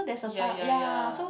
ya ya ya